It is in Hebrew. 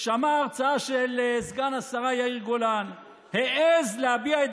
שמע הרצאה של סגן השרה יאיר גולן והעז להביע את